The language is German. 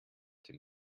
dem